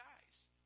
guys